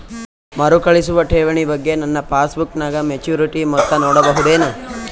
ಮರುಕಳಿಸುವ ಠೇವಣಿ ಬಗ್ಗೆ ನನ್ನ ಪಾಸ್ಬುಕ್ ನಾಗ ಮೆಚ್ಯೂರಿಟಿ ಮೊತ್ತ ನೋಡಬಹುದೆನು?